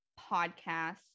Podcast